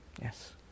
Yes